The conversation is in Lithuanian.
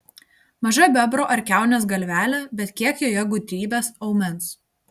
maža bebro ar kiaunės galvelė bet kiek joje gudrybės aumens